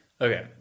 Okay